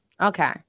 Okay